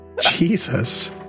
Jesus